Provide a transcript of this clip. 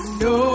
no